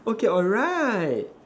okay alright